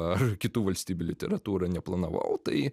ar kitų valstybių literatūra neplanavau tai